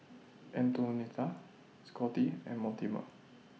Antonetta Scotty and Mortimer